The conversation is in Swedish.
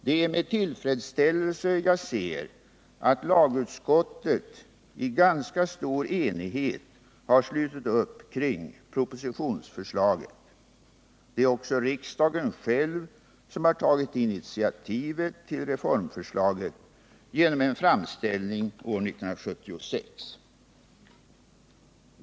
Det är med tillfredsställelse jag ser att lagutskottet i ganska stor enighet har slutit upp kring propositionsförslaget. Det är också riksdagen själv som har tagit initiativet till reformförslaget genom en framställning år 1976.